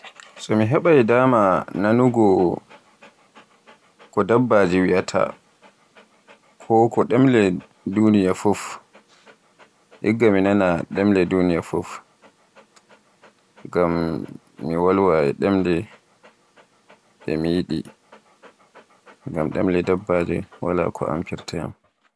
So mi heɓaay daama nanugo ko dabbaji wiyaata, ko ko ɗemle duniya fuf. Igga mi nanaa e ɗemle duniya fuf. Ngam mi wolwa e demle de mi yiɗi. Ngam demle dabbaji wala ko amfirta yam.